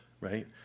right